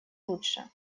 лучше